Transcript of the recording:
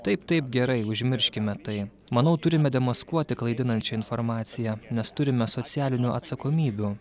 taip taip gerai užmirškime tai manau turime demaskuoti klaidinančią informaciją nes turime socialinių atsakomybių